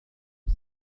إذا